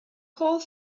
whole